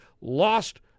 lost